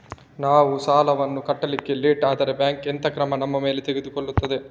ನಾವು ಸಾಲ ವನ್ನು ಕಟ್ಲಿಕ್ಕೆ ಲೇಟ್ ಆದ್ರೆ ಬ್ಯಾಂಕ್ ಎಂತ ಕ್ರಮ ನಮ್ಮ ಮೇಲೆ ತೆಗೊಳ್ತಾದೆ?